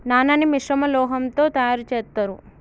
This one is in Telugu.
నాణాన్ని మిశ్రమ లోహంతో తయారు చేత్తారు